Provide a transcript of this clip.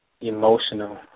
emotional